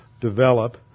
develop